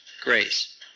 grace